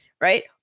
Right